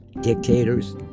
dictators